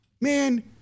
Man